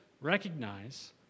recognize